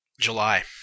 July